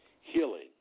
Healing